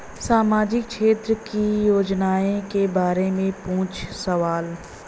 सामाजिक क्षेत्र की योजनाए के बारे में पूछ सवाल?